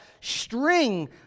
string